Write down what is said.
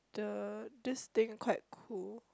the this thing quite cool